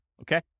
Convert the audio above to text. Okay